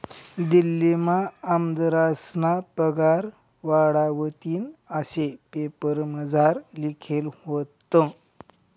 दिल्लीमा आमदारस्ना पगार वाढावतीन आशे पेपरमझार लिखेल व्हतं